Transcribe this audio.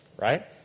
Right